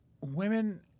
women